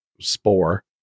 spore